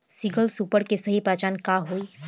Single super के सही पहचान का हई?